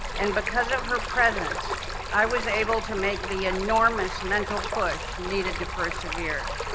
and because of her presence i was able to make the enormous mental push needed to persevere.